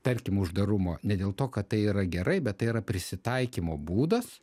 tarkim uždarumo ne dėl to kad tai yra gerai bet tai yra prisitaikymo būdas